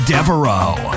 Devereaux